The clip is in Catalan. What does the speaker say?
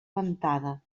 ventada